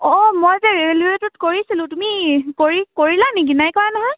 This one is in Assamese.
অ মই এতিয়া ৰেলৱেটোত কৰিছিলোঁ তুমি কৰি কৰিলা নেকি নাই কৰা নহয়